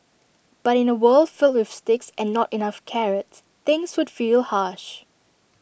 but in A world filled with sticks and not enough carrots things would feel harsh